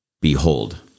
Behold